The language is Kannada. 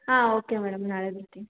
ಹಾಂ ಓಕೆ ಮೇಡಮ್ ನಾಳೆ ಬರ್ತೇನೆ